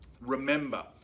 Remember